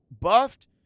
Buffed